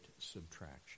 subtraction